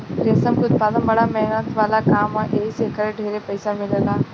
रेशम के उत्पदान बड़ा मेहनत वाला काम ह एही से एकर ढेरे पईसा मिलेला